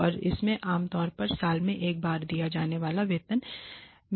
और इसमें आम तौर पर साल में एक बार दिए जाने वाले आधार वेतन में वृद्धि शामिल है